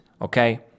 okay